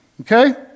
okay